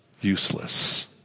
useless